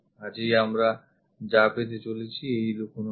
কাজেই আমরা যা পেতে চলেছি এই লুকোনোটা